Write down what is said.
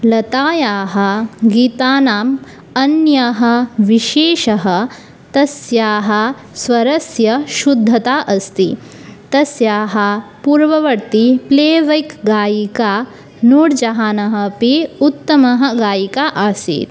लतायाः गीतानाम् अन्यः विशेषः तस्याः स्वरस्य शुद्धता अस्ति तस्याः पूर्ववर्ती प्लेवैक् गायिका नूर्जहानः अपि उत्तमः गायिका आसीत्